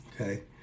Okay